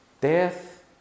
Death